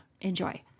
Enjoy